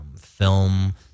film